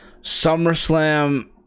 SummerSlam